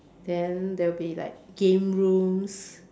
then there will be like game rooms